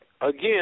again